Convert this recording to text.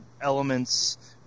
elements